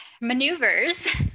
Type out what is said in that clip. maneuvers